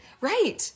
Right